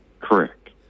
Correct